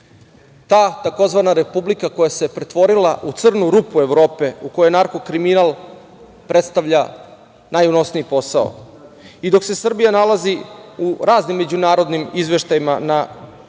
tzv. republika, koja se pretvorila u crnu rupu Evrope, u kojoj narko kriminal predstavlja najunosniji posao. I dok se Srbija nalazi u raznim međunarodnim izveštajima na samome